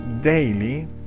daily